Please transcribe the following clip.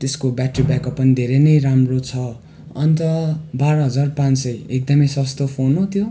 त्यसको battery backup पनि धेरै नै राम्रो छ अन्त बाह्र हजार पाँच सौ एकदमै सस्तो फोन हो त्यो